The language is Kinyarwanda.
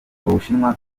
bushinwa